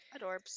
adorbs